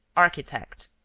architect,